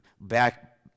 back